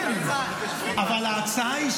כן -- אולי,